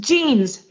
Jean's